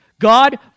God